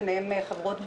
ביניהן חברות ביטוח,